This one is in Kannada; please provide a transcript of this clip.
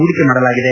ಹೂಡಿಕೆ ಮಾಡಲಾಗಿದೆ